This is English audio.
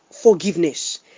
forgiveness